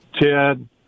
Ted